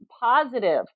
positive